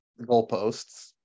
goalposts